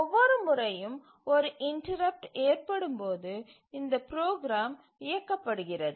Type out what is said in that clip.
ஒவ்வொரு முறையும் ஒரு இன்டரப்ட்டு ஏற்படும்போது இந்த ப்ரோக்ராம் இயக்கப்படுகிறது